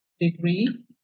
degree